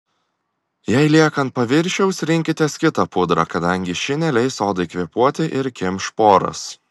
jei lieka ant paviršiaus rinkitės kitą pudrą kadangi ši neleis odai kvėpuoti ir kimš poras